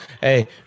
hey